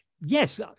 yes